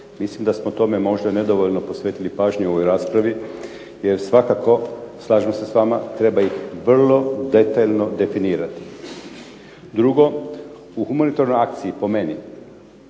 Mislim da smo tome možda nedovoljno posvetili pažnju u ovoj raspravi. Jer svakako slažem se s vama treba ih vrlo detaljno definirati. Drugo u humanitarnoj akciji po meni